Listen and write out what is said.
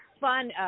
fun